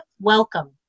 Welcome